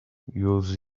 whose